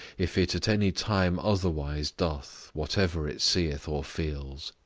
if it at any time otherwise doth, whatever it seeth or feels.